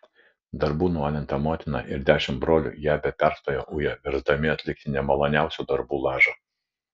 darbų nualinta motina ir dešimt brolių ją be perstojo uja versdami atlikti nemaloniausių darbų lažą